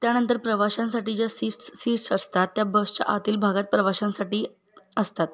त्यानंतर प्रवाशांसाठी ज्या सीट्स सीट्स असतात त्या बसच्या आतील भागात प्रवाशांसाठी असतात